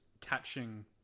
catching